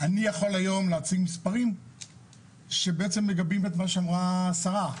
אני יכול היום להציג מספרים שבעצם מגבים את מה שאמרה השרה,